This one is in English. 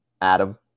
Adam